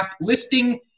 listing